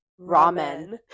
ramen